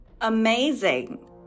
Amazing